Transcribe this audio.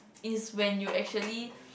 is when you actually